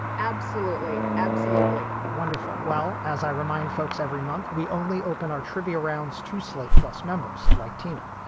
absolutely. absolutely wonderful. well, as i remind folks, every month we only open our trivia rounds to slate plus members like tina.